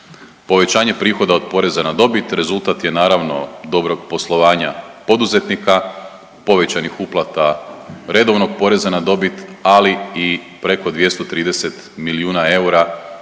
Povećanje prihoda od poreza na dobit rezultat je naravno dobrog poslovanja poduzetnika, povećanih uplata redovnog poreza na dobit, ali i preko 230 milijuna eura